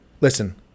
Listen